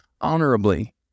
honorably